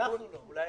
לא, לא.